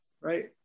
right